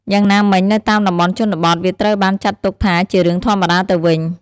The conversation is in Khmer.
យ៉ាងណាមិញ នៅតាមតំបន់ជនបទវាត្រូវបានចាត់ទុកថាជារឿងធម្មតាទៅវិញ។